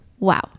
Wow